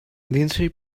lindsey